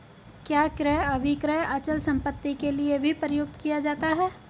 क्या क्रय अभिक्रय अचल संपत्ति के लिये भी प्रयुक्त किया जाता है?